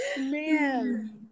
Man